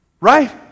Right